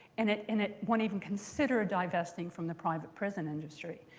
and it and it won't even consider divesting from the private prison industry.